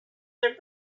their